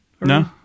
No